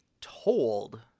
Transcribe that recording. told